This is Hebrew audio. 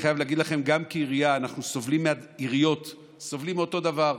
אני חייב להגיד לכם שגם העיריות סובלות מאותו דבר.